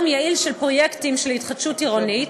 יעיל של פרויקטים של התחדשות עירונית,